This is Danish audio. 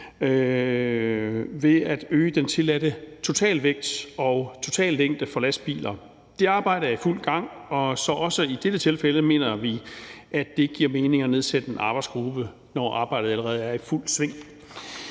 ved at øge den tilladte totalvægt og totallængde for lastbiler. Det arbejde er i fuld gang, så også i dette tilfælde mener vi, at det ikke giver mening at nedsætte en arbejdsgruppe – når arbejdet allerede er i fuld sving.